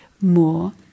more